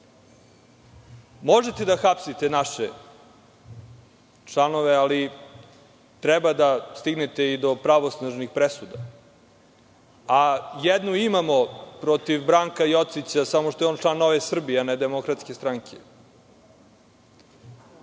Možete da hapsite naše članove, ali, treba da stignete i do pravosnažnih presuda. Jednu imamo protiv Branka Jocića, samo što je on član Nove Srbije, a ne Demokratske stranke. Da